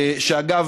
ואגב,